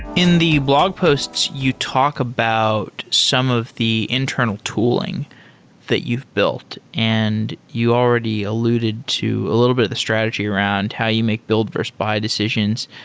in the blog posts, you talk about some of the internal tooling that you've built. and you already alluded to a little bit of the strategy around how you make build versus buy decisions.